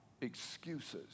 excuses